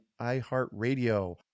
iHeartRadio